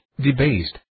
debased